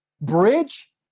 bridge